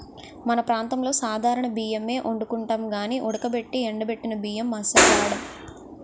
మన ప్రాంతంలో సాధారణ బియ్యమే ఒండుకుంటాం గానీ ఉడకబెట్టి ఎండబెట్టిన బియ్యం అస్సలు వాడం